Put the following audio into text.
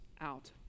out